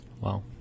Wow